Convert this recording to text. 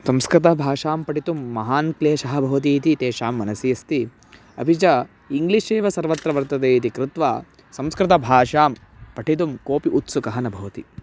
संस्कृतभाषां पठितुं महान् क्लेशः भवति इति तेषां मनसि अस्ति अपि च इङ्ग्लिश् एव सर्वत्र वर्तते इति कृत्वा संस्कृतभाषां पठितुं कोऽपि उत्सुकः न भवति